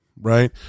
right